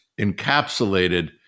encapsulated